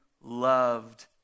loved